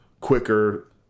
quicker